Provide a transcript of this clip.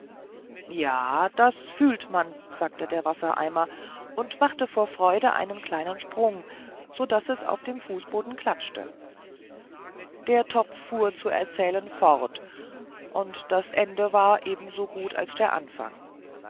ja das fühlt man sagte der wassereimer und machte vor freude einen kleinen sprung sodaß es auf dem fußboden klatschte der topf fuhr zu erzählen fort und das ende war ebenso gut als der anfang